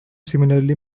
similarly